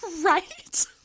right